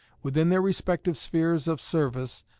within their respective spheres of service,